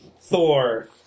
Thor